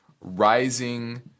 rising